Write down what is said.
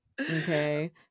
okay